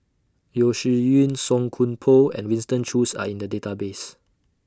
Yeo Shih Yun Song Koon Poh and Winston Choos Are in The Database